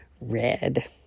red